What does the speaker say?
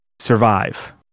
survive